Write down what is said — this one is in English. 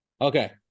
Okay